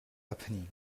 happening